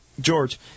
George